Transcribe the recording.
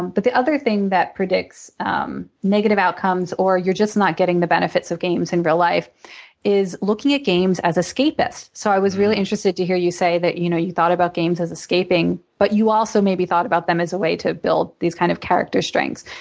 but the other thing that predicts um negative outcomes or you're just not getting the benefits of games in real life is looking at games as escapist. so i was really interested to say that you know you thought about games as escaping, but you also maybe thought about them as a way to build these kind of character strengths.